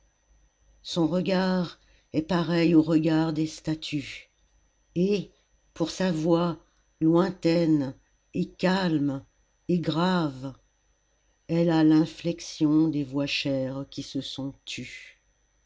son regard est pareil au regard des statues et pour sa voix lointaine et calme et grave elle a l'inflexion des voix chères qui se sont tues